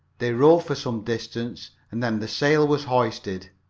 they rowed for some distance and then the sail was hoisted.